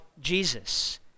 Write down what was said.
Jesus